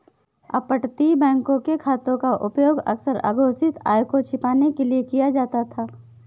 अपतटीय बैंकों के खातों का उपयोग अक्सर अघोषित आय को छिपाने के लिए किया जाता था